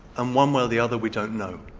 and one way or the other we don't know.